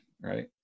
Right